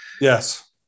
Yes